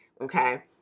okay